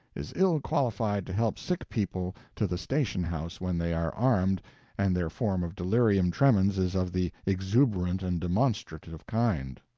is ill qualified to help sick people to the station-house when they are armed and their form of delirium tremens is of the exuberant and demonstrative kind.